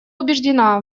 убеждена